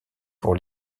pour